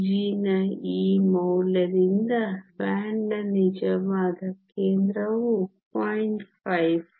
Eg ನ ಈ ಮೌಲ್ಯದಿಂದ ಬ್ಯಾಂಡ್ನ ನಿಜವಾದ ಕೇಂದ್ರವು 0